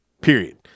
period